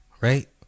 Right